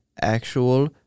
actual